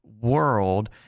world